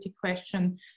question